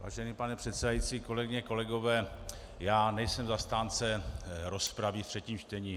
Vážený pane předsedající, kolegyně, kolegové, já nejsem zastáncem rozpravy ve třetím čtení.